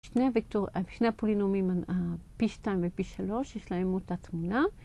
‫שני הפולינומים, ה-P2 ו-P3, ‫יש להם אותה תמונה.